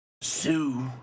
Sue